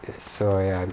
so ya